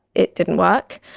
it didn't work.